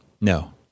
No